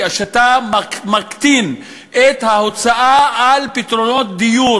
כשאתה מקטין את ההוצאה על פתרונות דיור